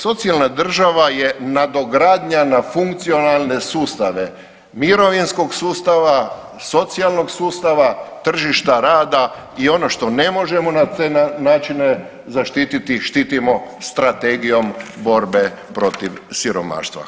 Socijalna država je nadogradnja na fukcionalne sustave, mirovinskog sustava, socijalnog sustava, tržišta rada i ono što ne možemo na te načine zaštiti, štitimo strategijom borbe protiv siromaštava.